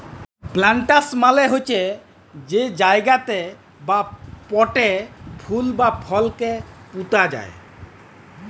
planters মালে হছে যে জায়গাতে বা পটে ফুল বা ফলকে পুঁতা যায়